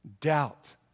doubt